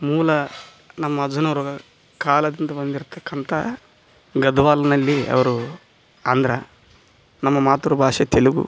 ಮೂಲ ನಮ್ಮ ಅಜ್ಜನೋರ್ಗೆ ಕಾಲದಿಂದ ಬಂದಿರ್ಕ್ಕಂಥ ಗದ್ವಾಲ್ನಲ್ಲಿ ಅವರು ಆಂಧ್ರ ನಮ್ಮ ಮಾತೃ ಭಾಷೆ ತೆಲುಗು